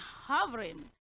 hovering